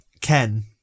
Ken